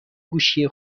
گوشی